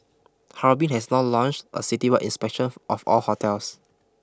Harbin has now launched a citywide inspection of all hotels